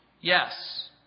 Yes